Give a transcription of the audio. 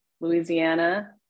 Louisiana